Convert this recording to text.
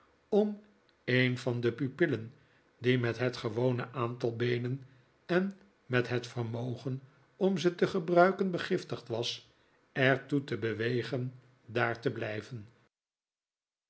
om een van de pupillen die met het gewone aantal beenen en met het vermogen om ze te gebruiken begiftigd was er toe te bewegen daar te blijven